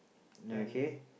okay